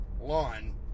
line